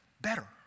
better